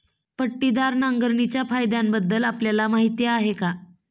पट्टीदार नांगरणीच्या फायद्यांबद्दल आपल्याला माहिती आहे का?